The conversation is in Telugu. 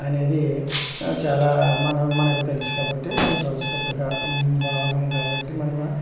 అనేది చాలా మన మనకు తెలుసు కాబట్టి మన సంస్కృతగా భాగం కాబట్టి మనం